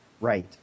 right